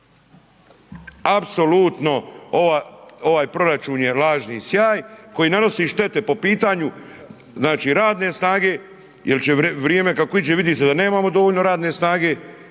Apsolutno ovaj proračun je lažni sjaj koji nanosi štete po pitanju radne snage jel će vrijeme kako iđe vidi se da nemamo dovoljno radne snage